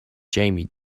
jamie